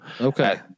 Okay